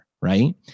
right